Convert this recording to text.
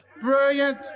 brilliant